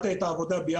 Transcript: ונתונים.